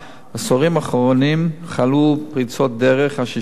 בעשורים האחרונים חלו פריצות דרך אשר שינו את